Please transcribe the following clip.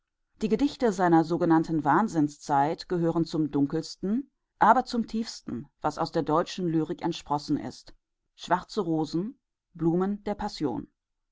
die gedichte aus seiner sogenannten wahnsinnszeit gehören zum dunkelsten aber zum tiefsten was aus der deutschen lyrik entsprossen ist schwarze rosen blumen der passion